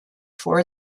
for